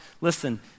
Listen